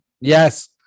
Yes